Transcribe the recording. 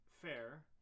fair